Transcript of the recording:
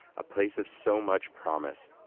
a place of so much promise,